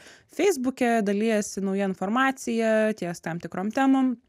feisbuke dalijasi nauja informacija ties tam tikrom temom